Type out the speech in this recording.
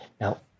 now